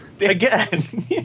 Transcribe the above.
again